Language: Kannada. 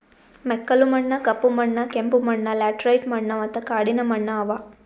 ಮೆಕ್ಕಲು ಮಣ್ಣ, ಕಪ್ಪು ಮಣ್ಣ, ಕೆಂಪು ಮಣ್ಣ, ಲ್ಯಾಟರೈಟ್ ಮಣ್ಣ ಮತ್ತ ಕಾಡಿನ ಮಣ್ಣ ಅವಾ